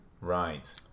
Right